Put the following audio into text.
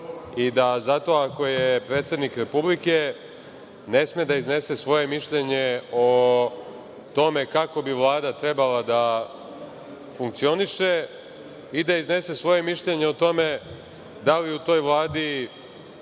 i da zato ako je predsednik Republike ne sme da iznese svoje mišljenje o tome kako bi Vlada trebala da funkcioniše i da iznese svoje mišljenje o tome da li u toj Vladi